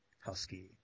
Husky